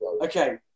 Okay